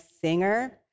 singer